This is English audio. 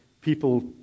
people